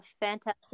fantastic